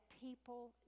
people